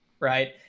Right